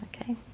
Okay